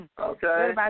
Okay